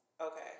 Okay